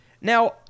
Now